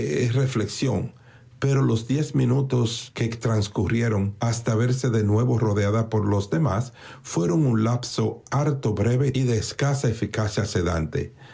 flexión pero los diez minutos que transcurriere hasta verse de nuevo rodeada por los demás fue ron un lapso harto breve y de escasa eficacia